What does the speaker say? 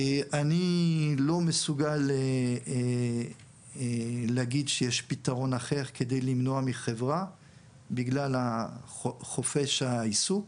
אני לא מסוגל להגיד שיש פתרון אחר כדי למנוע מחברה בגלל חופש העיסוק